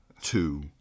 Two